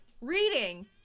Reading